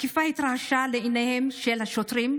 התקיפה התרחשה לעיניהם של השוטרים,